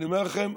אני אומר לכם,